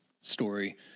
story